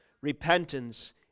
repentance